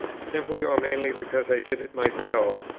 simply or mainly because i did it myself,